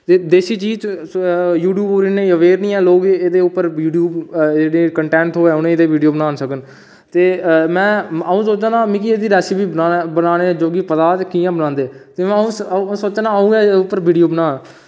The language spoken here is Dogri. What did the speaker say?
ते देसी चीज़ लोक यूट्यूब उप्प र एह्दे र वीडियो बनांदे ते पांदे ते एह्दे कंटेंट न वीडियो बनान च ते अंऊ नै मिगी एह्दी रैसिपी पता की कियां बनाने न अंऊ सोचना की अंऊ एह्दे उप्पर वीडियो बनां